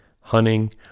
hunting